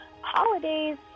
holidays